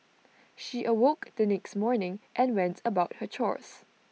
she awoke the next morning and went about her chores